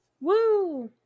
Woo